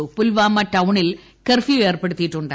പൂൽവാമ ടൌണിൽ കർഫ്യൂ ഏർപ്പെടുത്തിയിട്ടുണ്ട്